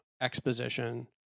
Exposition